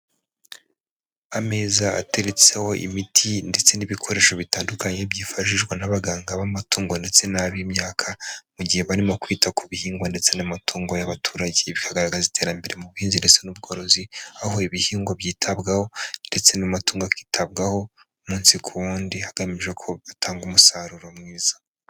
Ameza ateretseho imiti ndetse n'ibikoresho bitandukanye byifashishwa n'abaganga b'amatungo ndetse n'ab'imyaka, mu gihe barimo kwita ku bihingwa ndetse n'amatungo y'abaturage. Ibi bikagaragaza iterambere mu buhinzizi n'ubworozi, aho ibihingwa byitabwaho, ndetse n'amatungo akitabwaho, umunsi ku wundi hagamijwe ko gatanga umusaruro mwiza.